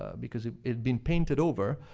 because it'd been painted over,